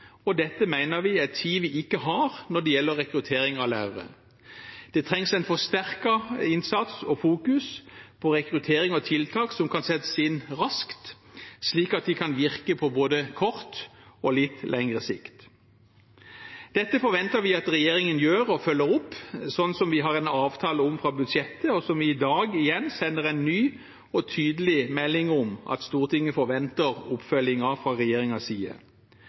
og dette mener vi er tid vi ikke har når det gjelder rekruttering av lærere. Det trengs en forsterket innsats og fokus på rekruttering og tiltak som kan settes inn raskt, slik at de kan virke på både kort og litt lengre sikt. Dette forventer vi at regjeringen følger opp, noe vi har en avtale om fra budsjettet, og vi sender i dag en ny og tydelig melding om at Stortinget forventer oppfølging fra regjeringens side.